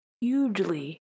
hugely